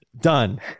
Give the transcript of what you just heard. Done